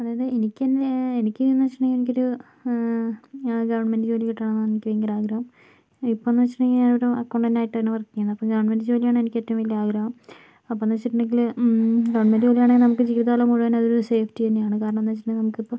അതായത് എനിക്കെന്നെ എനിക്ക് എന്ന് വെച്ചിട്ട് ഉണ്ടെങ്കില് എനിക്ക് ഒരു ഗവൺമെൻറ്റ് ജോലി കിട്ടണമെന്ന് ആണ് എനിക്ക് ഭയങ്കര ആഗ്രഹം ഇപ്പമെന്ന് വച്ചിട്ട് ഉണ്ടെങ്കിൽ ഞാൻ ഒരു അക്കൗണ്ടൻറ്റ് ആയിട്ട് ആണ് വർക്ക് ചെയ്യുന്ന അപ്പം ഗവൺമെൻറ്റ് ജോലിയാണ് എനിക്ക് ഏറ്റവും വലിയ ആഗ്രഹം അപ്പംന്ന് വെച്ചിട്ട് ഉണ്ടെങ്കില് ഹ്മ് ഗവൺമെൻറ്റ് ജോലി ആണെൽ നമുക്ക് ജീവിതകാലം മുഴുവൻ അത് ഒര് സേഫ്റ്റി തന്നെ ആണ് കാരണം എന്താന്ന് വച്ചിട്ട് ഉണ്ടേൽ നമുക്ക് ഇപ്പം